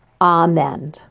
Amen